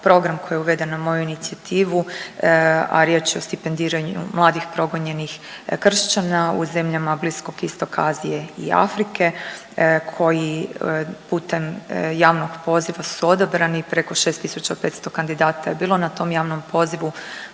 program koji je uveden na moju inicijativu, a riječ je o stipendiranju mladih i progonjenih kršćana u zemljama Bliskog Istoka, Azije i Afrike koji putem javnog poziva su odabrani i preko 6.500 kandidata je bilo na tom javnom pozivu,